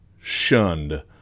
shunned